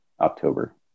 October